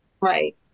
Right